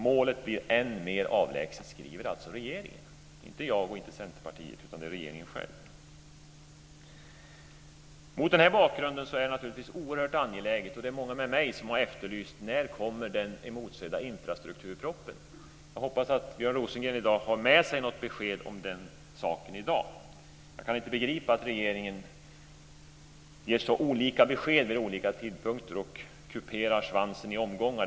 Målet blir än mer avlägset, skriver alltså regeringen, inte jag och inte Centerpartiet utan regeringen själv. Mot den här bakgrunden är det naturligtvis oerhört angeläget med infrastrukturpropositionen, och det är många med mig som har efterlyst den. När kommer den emotsedda infrastrukturpropositionen? Jag hoppas att Björn Rosengren i dag har med sig något besked om den saken. Jag kan inte begripa att regeringen ger så olika besked vid olika tidpunkter och kuperar svansen i omgångar.